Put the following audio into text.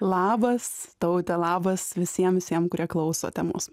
labas taute labas visiem visiem kurie klausote mus